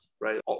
right